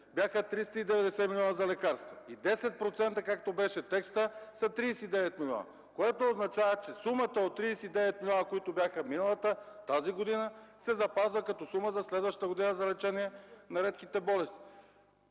бяха 390 млн. лв. за лекарства. И 10%, както беше текстът, са 39 милиона, което означава, че сумата от 39 милиона, които бяха миналата година, тази година, се запазва като сума за лечение на редките болести